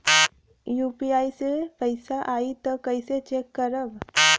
UPI से पैसा आई त कइसे चेक करब?